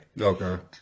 okay